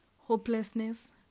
Hopelessness